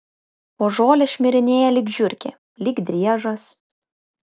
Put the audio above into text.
po žolę šmirinėja lyg žiurkė lyg driežas